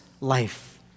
life